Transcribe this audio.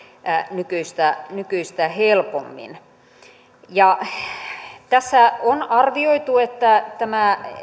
nykyistä nykyistä helpommin tässä on arvioitu että tämä